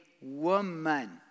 woman